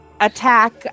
attack